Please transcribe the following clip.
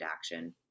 action